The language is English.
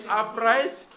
upright